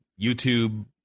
YouTube